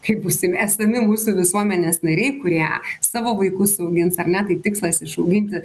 kaip būsimi esami mūsų visuomenės nariai kurie savo vaikus augins ar ne tai tikslas išauginti